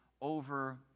over